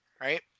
right